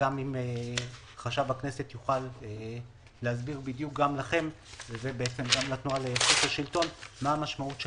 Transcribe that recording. גם אם חשב הכנסת יוכל להסביר גם לכם מה המשמעות של